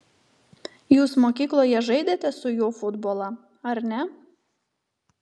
jūs mokykloje žaidėte su juo futbolą ar ne